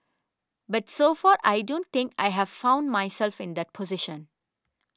but so far I don't think I have found myself in that position